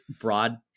broad